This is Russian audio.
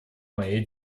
моей